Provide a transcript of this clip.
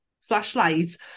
flashlights